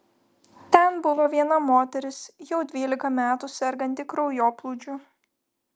ten buvo viena moteris jau dvylika metų serganti kraujoplūdžiu